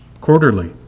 quarterly